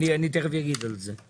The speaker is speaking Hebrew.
אני תכף אומר על זה משהו.